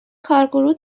کارگروه